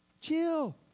Chill